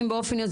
כלומר,